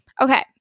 Okay